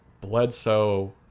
Bledsoe